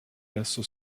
esso